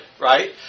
right